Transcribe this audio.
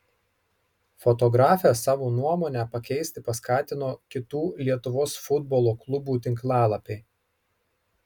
fotografę savo nuomonę pakeisti paskatino kitų lietuvos futbolo klubų tinklalapiai